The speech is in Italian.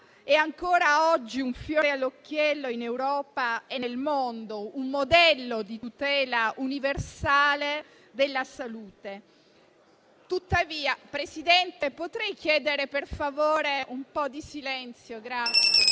è ancora oggi un fiore all'occhiello in Europa e nel mondo, un modello di tutela universale della salute. *(Brusio).* Signor Presidente, potrei chiedere per favore un po' di silenzio? È